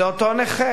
זה אותו נכה